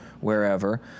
wherever